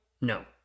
No